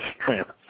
strength